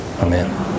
Amen